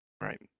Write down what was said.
Right